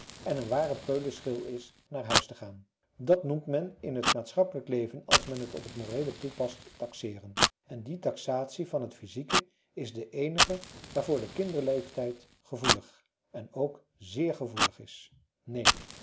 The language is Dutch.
en een ware peulschil is naar huis te gaan dat noemt men in het maatschappelijk leven als men't op het moreele toepast taxeeren en die taxatie van t physieke is de eenige waarvoor de kinderleeftijd gevoelig en ook zeer gevoelig is neen